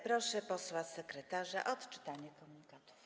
Proszę posła sekretarza o odczytanie komunikatów.